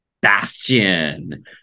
Bastion